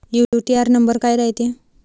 UTR number काय रायते?